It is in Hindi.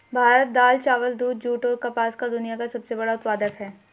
भारत दाल, चावल, दूध, जूट, और कपास का दुनिया का सबसे बड़ा उत्पादक है